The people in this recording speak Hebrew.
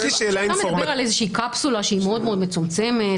אתה מדבר על קפסולה שהיא מאוד מאוד מצומצמת,